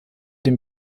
den